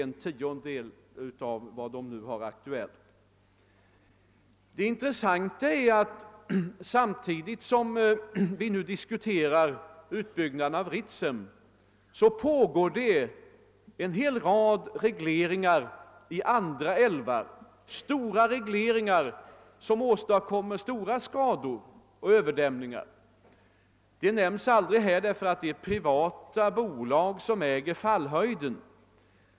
Det intressanta är att samtidigt som vi nu diskuterar utbyggnaden av Ritsem pågår en hel rad regleringar i andra älvar, stora regleringar som åstadkommer stora skador och överdämningar. De nämns aldrig här, ty det är privata bolag som äger fallhöjden.